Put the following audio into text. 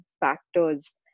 factors